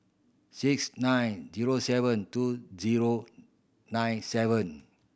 six nine zero seven two zero nine seven